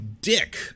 dick